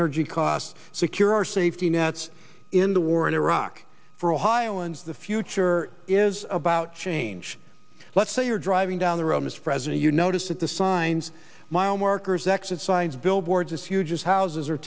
energy costs secure our safety nets in the war in iraq for ohioans the future is about change let's say you're driving down the road mr president you noticed at the signs mile markers exit signs billboards huge houses are